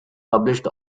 published